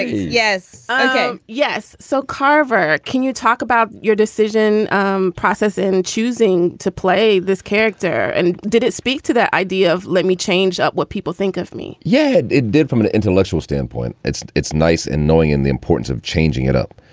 yes. ok yes. so, carver, can you talk about your decision um process in choosing to play this character? and did it speak to that idea of let me change up what people think of me? yes, it did from an intellectual standpoint. it's it's nice and knowing the importance of changing it up.